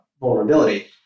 vulnerability